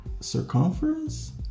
circumference